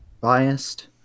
biased